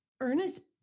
Ernest